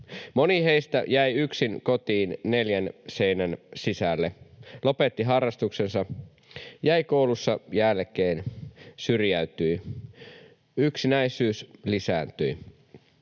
Moni heistä jäi yksin kotiin neljän seinän sisälle, lopetti harrastuksensa, jäi koulussa jälkeen, syrjäytyi, yksinäisyys lisääntyi.